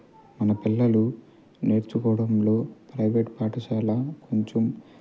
మన పిల్లలు నేర్చుకోవడంలో ప్రైవేట్ పాఠశాల కొంచెం